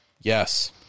yes